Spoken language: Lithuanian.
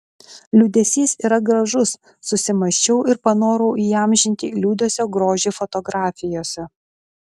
liūdesys yra gražus susimąsčiau ir panorau įamžinti liūdesio grožį fotografijose